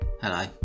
Hello